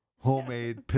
homemade